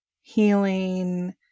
healing